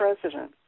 president